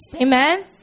Amen